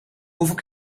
hoeveel